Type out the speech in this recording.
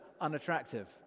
unattractive